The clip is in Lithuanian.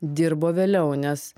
dirbo vėliau nes